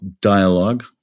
dialogue